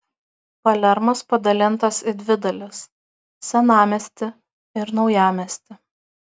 palermas padalintas į dvi dalis senamiestį ir naujamiestį